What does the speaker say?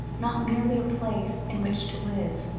not merely a place in which to live,